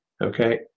okay